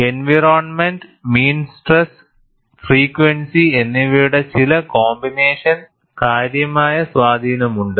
environment mean stress frequency എന്നിവയുടെ ചില കോംബിനേഷന് കാര്യമായ സ്വാധീനമുണ്ട്